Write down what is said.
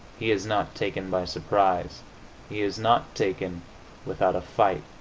he is not taken by surprise he is not taken without a fight.